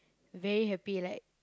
very happy like